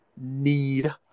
need